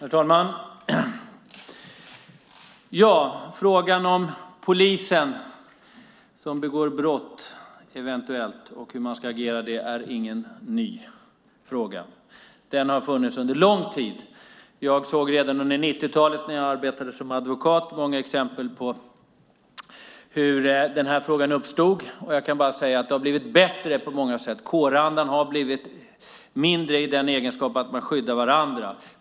Herr talman! Frågan om polisen som eventuellt begår brott och hur man då ska agera är ingen ny fråga. Den har funnits under lång tid. Jag såg redan under 90-talet när jag arbetade som advokat många exempel på hur den här frågan uppstod, och jag kan bara säga att det på många sätt har blivit bättre. Kårandan har blivit sådan att man mindre skyddar varandra.